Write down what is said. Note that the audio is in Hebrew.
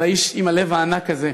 על האיש עם הלב הענק הזה.